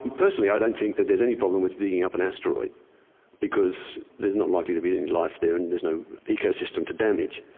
personally i don't think that there's any problem with digging up an asteroid because there's not likely to be any life there and there's no ecosystem to damage.